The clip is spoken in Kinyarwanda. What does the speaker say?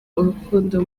urukundo